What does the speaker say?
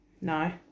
no